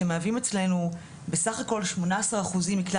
שמהווים אצלנו בסך הכל שמונה עשר אחוזים מכלל